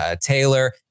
Taylor